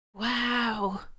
Wow